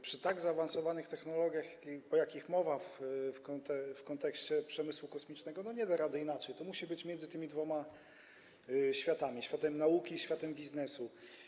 Przy tak zaawansowanych technologiach, o jakich mowa w kontekście przemysłu kosmicznego, nie da rady inaczej, to musi być między tymi dwoma światami, światem nauki a światem biznesu.